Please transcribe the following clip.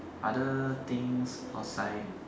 other things outside